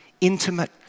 intimate